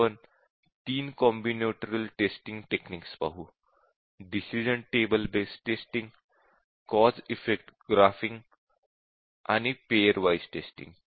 आपण तीन combinatorial testing techniques पाहू decision table based testing cause effect graphing आणि पेअर वाइज़ टेस्टिंग